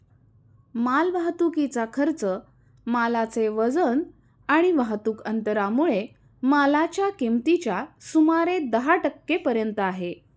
माल वाहतुकीचा खर्च मालाचे वजन आणि वाहतुक अंतरामुळे मालाच्या किमतीच्या सुमारे दहा टक्के पर्यंत आहे